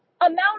amount